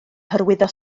hyrwyddo